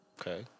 Okay